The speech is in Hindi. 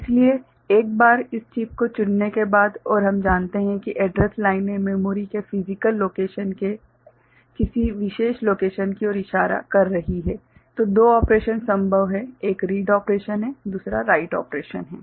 इसलिए एक बार इस चिप को चुनने के बाद और हम जानते हैं कि एड्रैस लाइनें मेमोरी के फ़िज़िकल लोकेशन के किसी विशेष लोकेशन की ओर इशारा कर रही हैं तो दो ऑपरेशन संभव हैं एक रीड ऑपरेशन है दूसरा राइट ऑपरेशन है